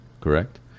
Correct